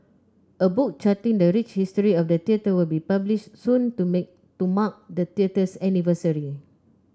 a book charting the rich history of the theatre will be published soon to mark the theatre's anniversary